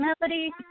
Melody